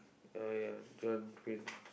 uh ya John pins